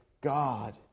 God